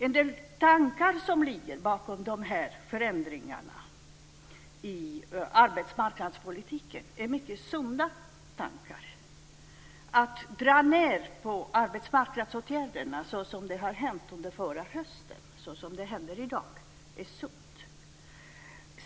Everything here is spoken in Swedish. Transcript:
En del tankar som ligger bakom de här förändringarna i arbetsmarknadspolitiken är mycket sunda. En neddragning av arbetsmarknadsåtgärderna såsom skett under hösten och som sker i dag är sund.